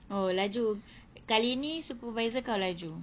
oh laju kali ni supervisor kau laju